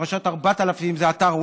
פרשת 4000 זה אתר וואלה.